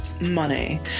money